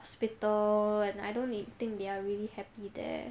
hospital and I don't think they are really happy there